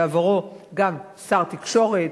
בעברו גם שר תקשורת,